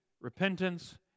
repentance